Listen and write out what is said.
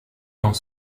dans